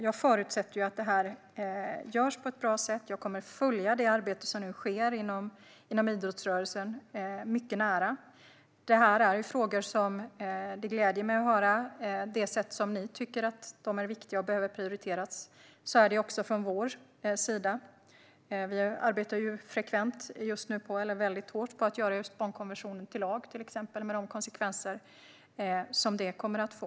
Jag förutsätter att det görs på ett bra sätt, och jag kommer att följa det arbete som nu sker inom idrottsrörelsen mycket nära. Det gläder mig att höra att ni tycker att dessa frågor är viktiga och behöver prioriteras. Så är det också från vår sida. Vi arbetar just nu mycket hårt med att göra barnkonventionen till lag, med de konsekvenser som det kommer att få.